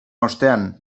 ostean